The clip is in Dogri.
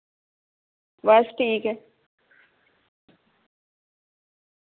बस ठीक ऐ